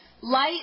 light